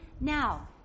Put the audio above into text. Now